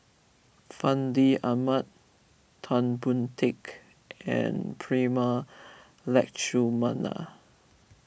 Fandi Ahmad Tan Boon Teik and Prema Letchumanan